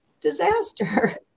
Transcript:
disaster